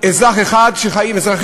מה זה, ססמאות מחליפים כמו שמחליפים אחים?